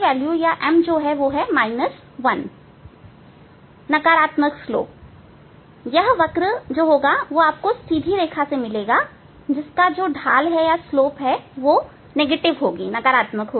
m 1 है नकारात्मक slope यह वक्र आपको सीधी रेखा से मिलेगाजिसका स्लोप नकारात्मक है